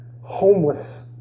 homeless